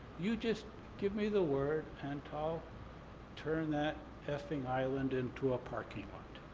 you just give me the word and i'll turn that effing island into a parking lot.